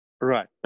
right